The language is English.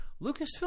Lucasfilm